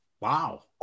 Wow